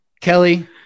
Kelly